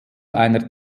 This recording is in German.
einer